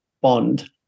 Bond